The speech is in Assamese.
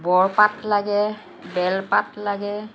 বৰপাত লাগে বেলপাত লাগে